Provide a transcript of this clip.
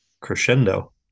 crescendo